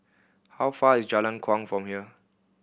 how far is Jalan Kuang from here